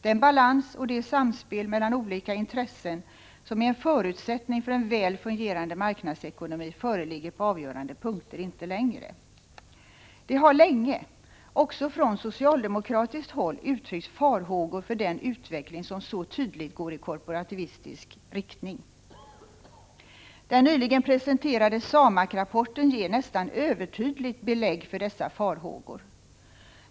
Den balans och det samspel mellan olika intressen som är en förutsättning för en väl fungerande marknadsekonomi föreligger på avgörande punkter inte längre. Det har länge, också från socialdemokratiskt håll, uttryckts farhågor för den utveckling som så tydligt går i korporativistisk riktning. Den nyligen presenterade SAMAK-rapporten ger, nästan övertydligt, belägg för dessa farhågor.